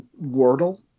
Wordle